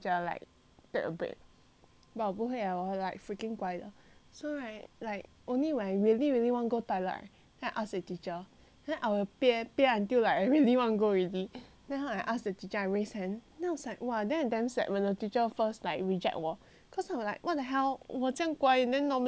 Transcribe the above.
but 我不会啊我 like freaking 乖的 so right like only when I really really want go toilet right then I will ask the teacher then I will 憋憋 until like I really want to go already then I ask the teacher I raise hand then I was like !wah! I damn sad when a teacher first like reject 我 cause I was like what the hell 我这样乖 then normally 我是她的 favourite ya